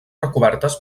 recobertes